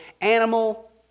animal